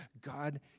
God